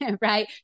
right